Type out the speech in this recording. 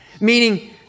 meaning